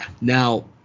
Now